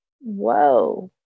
whoa